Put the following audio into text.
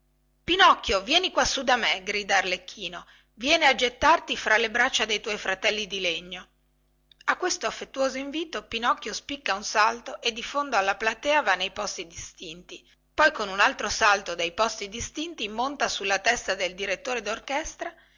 pinocchio vieni quassù da me grida arlecchino vieni a gettarti fra le braccia dei tuoi fratelli di legno a questo affettuoso invito pinocchio spicca un salto e di fondo alla platea va nei posti distinti poi con un altro salto dai posti distinti monta sulla testa del direttore dorchestra